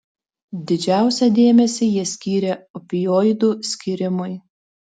didžiausią dėmesį jie skyrė opioidų skyrimui